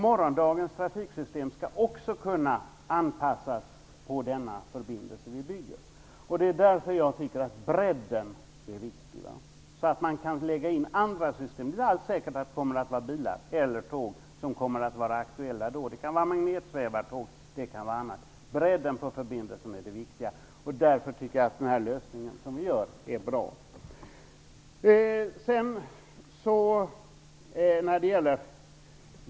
Morgondagens trafiksystem skall också kunna anpassas till den förbindelse vi nu bygger. Därför tycker jag att bredden är viktig. Man skall kunna lägga in andra system. Det är inte alls säkert att det kommer att vara bilar eller tåg som är aktuella då. Det kan också vara magnetsvävartåg och annat. Bredden på förbindelsen är det viktiga. Därför tycker jag att den lösning vi genomför är bra. Sedan gäller det våtmarker.